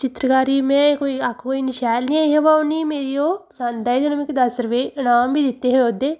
चित्रकारी में कोई आक्खो इन्नी शैल नेईं ही पर उ'नेंगी मेरी ओह् पसंद आई ते उ'नें मिगी दस्स रपेऽ इनाम बी दित्ते हे ओह्दे